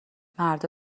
مردا